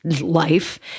life